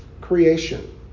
creation